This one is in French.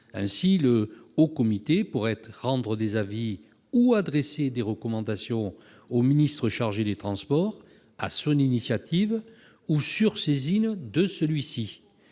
Ainsi, le Haut Comité pourra rendre des avis ou adresser des recommandations au ministre chargé des transports, sur son initiative ou sur saisine de celui-ci.